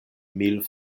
mil